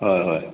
হয় হয়